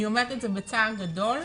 אני אומרת את זה בצער גדול,